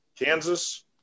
Kansas